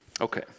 Okay